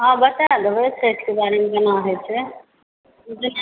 हँ बता देबै छठिके बारेमे कोना होइत छै